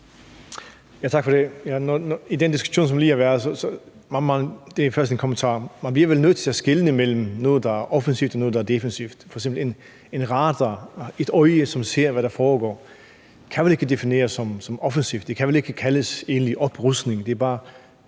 en kommentar til den diskussion, som lige har været. Man bliver vel nødt til at skelne mellem noget, der er offensivt, og noget, der er defensivt. F.eks. kan en radar, et øje, som ser, hvad der foregår, vel ikke defineres som offensivt. Det kan vel ikke kaldes egentlig oprustning.